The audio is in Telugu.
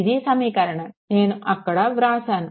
ఇదీ సమీకరణం నేను అక్కడ వ్రాసాను